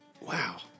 Wow